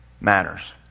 matters